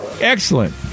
Excellent